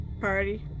party